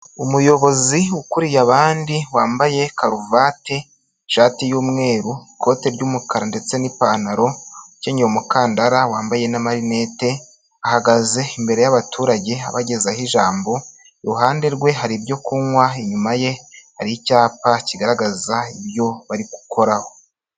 Umuyobozi ukuriye abandi wambaye karuvati, ishati y'umweru, ikote ry'umukara, ndetse n'ipantaro, ukenyeye umukandara, wambaye n'amarinete, ahagaze imbere y'abaturage abagezaho ijambo. Iruhande rwe hari ibyo kunywa, inyuma ye hari icyapa kigaragaza ibyo bari gukoraho.